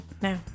No